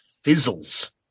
fizzles